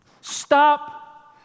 Stop